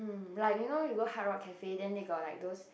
like you know you go Hardrock Cafe then they got like those